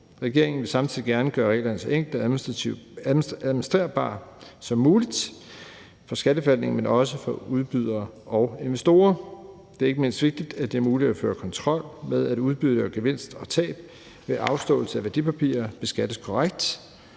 Regeringen vil samtidig gerne gøre reglerne så enkle og så administrerbare som muligt for skatteforvaltningen, men også for udbydere og investorer. Det er ikke mindst vigtigt, at det er muligt at føre kontrol med, at udbytte af gevinst og tab ved afståelse af værdipapirer beskattes korrekt,